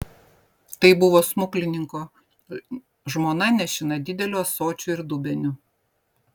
tai buvo smuklininko žmona nešina dideliu ąsočiu ir dubeniu